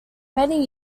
many